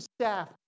staff